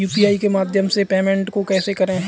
UPI के माध्यम से पेमेंट को कैसे करें?